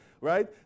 right